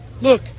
Look